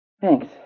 Thanks